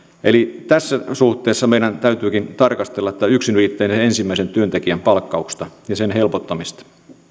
eli tässä suhteessa meidän täytyykin tarkastella tätä yksinyrittäjän ensimmäisen työntekijän palkkausta ja sen helpottamista